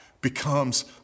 becomes